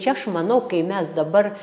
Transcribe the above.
čia aš manau kai mes dabar